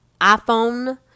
iPhone